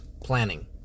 Planning